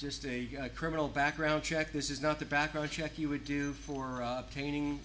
just a criminal background check this is not the background check you would do for painting